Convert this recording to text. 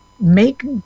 make